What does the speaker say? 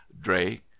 Drake